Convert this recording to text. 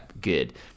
good